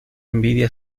envidia